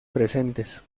presentes